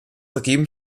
ergeben